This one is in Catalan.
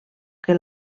que